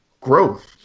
growth